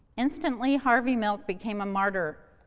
instantly, harvey milk became a martyr,